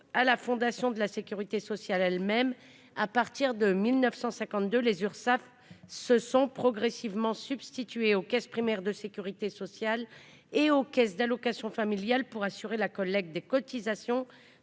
à la fondation de la sécurité sociale elle-même. À partir de 1952, les Urssaf se sont progressivement substituées aux caisses primaires de sécurité sociale et aux caisses d'allocations familiales pour assurer la collecte des cotisations